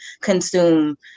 consume